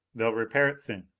they'll repair it soon.